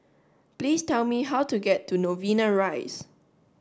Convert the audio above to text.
please tell me how to get to Novena Rise